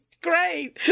great